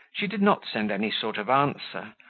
she did not send any sort of answer,